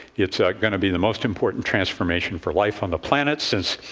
it's going to be the most important transformation for life on the planet since,